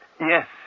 Yes